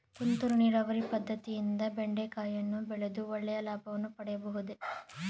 ತುಂತುರು ನೀರಾವರಿ ಪದ್ದತಿಯಿಂದ ಬೆಂಡೆಕಾಯಿಯನ್ನು ಬೆಳೆದು ಒಳ್ಳೆಯ ಲಾಭವನ್ನು ಪಡೆಯಬಹುದೇ?